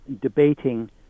debating